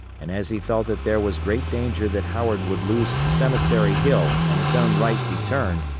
and as he felt that there was great danger that howard would lose cemetery hill and his own right be turned,